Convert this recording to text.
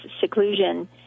seclusion